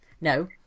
No